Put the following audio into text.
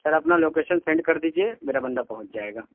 سر اپنا location send کر دیجیے میرا بندہ پہنچ جائے گا